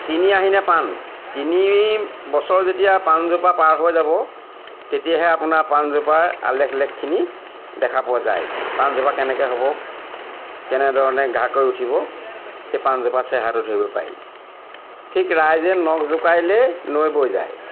তিনি আহিনে পাণ তিনি বছৰ যেতিয়া পাণজোপা পাৰ হৈ যাব তেতিয়াহে আপোনাৰ পাণজোপাৰ আলেখ লেখখিনি দেখা পোৱা যায় পাণজোপা কেনেকে হ'ব কেনেধৰণে গা কৰি উঠিব সেই পাণজোপা চেহােৰাটো ধৰিব পাৰি ঠিক ৰাইজে নখ জোকাৰিলেই নৈ বৈ যায়